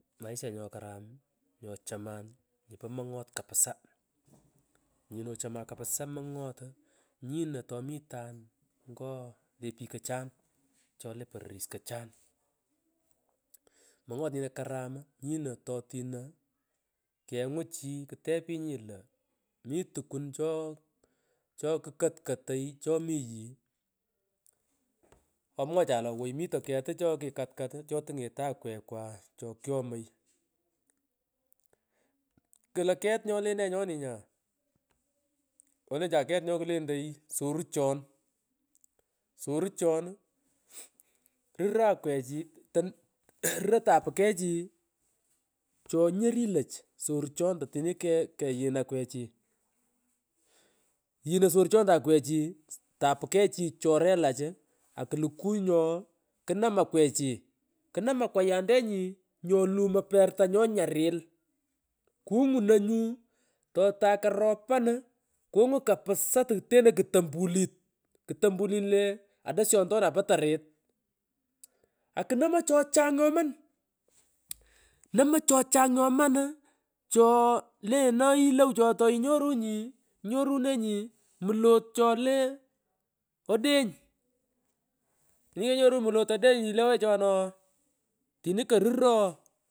Maisha nyokaram nyochoman pomongot kapisa uuh nyinochoman kapisa mongot nyino tomitan ngo lee pikochari chole pororis kochari mmh mongot nyino karam nyino totino kengun chi ktepunyi lo mi tukun cho chokukotkotoy chomi yii omwochan lo owey mito ketu chokikatkat chotingeto akwekwa chokyomoy kumung klo ket myole nee nyoni nya denjan ket nyokulentoy soruchon soruchon ruroy akwechi iii aah ruroy tapurachi chonyorilach sorchonta tani keghin akwechi nginoy sorcgonta akwechi iii tapukechi chorelach uu akulukay nyo knam akwechi kaam akwanyantenyi nyolumoy perta nyonyarii kungunoy ngu uuh totay karopan kungun kapisa tokuteno kutompulit ktompulit le adosyontonay po tarit akunomoy chochang nyoman mmch nomo chochang nyomar cho leenoy yilow nyo ta inyorunyi nyorunenyi mlot chole odeny kamang tkenyorunyi mlot odeny yilowechona ooh tini korur ooh.